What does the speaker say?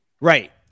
Right